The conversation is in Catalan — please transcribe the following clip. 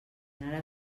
anara